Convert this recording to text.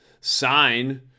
sign